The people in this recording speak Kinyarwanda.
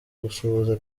gusuhuza